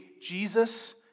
Jesus